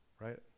right